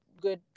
good